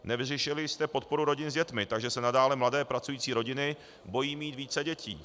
Nevyřešili jste podporu rodin s dětmi, takže se nadále mladé pracující rodiny bojí mít více dětí.